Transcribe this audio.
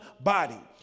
body